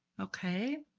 okay?